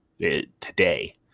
today